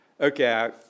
Okay